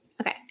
Okay